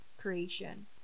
creation